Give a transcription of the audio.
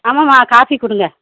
ஆமாம்மா காஃபி கொடுங்க